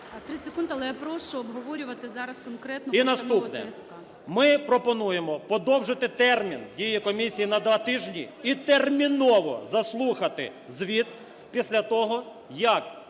І наступне. Ми пропонуємо подовжити термін дії комісії на два тижні і терміново заслухати звіт після того, як